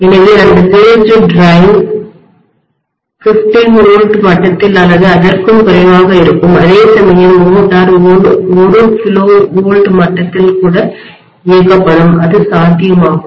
எனவே அந்த based drive அடிப்படையிலான இயக்கி 15V மட்டத்தில் அல்லது அதற்கும் குறைவாக இருக்கும் அதேசமயம் மோட்டார் 1 kV மட்டத்தில் கூட இயக்கப்படும் அது சாத்தியமாகும்